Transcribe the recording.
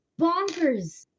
bonkers